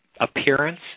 appearance